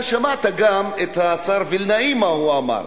אתה שמעת גם את השר וילנאי, מה הוא אמר.